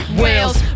whales